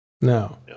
No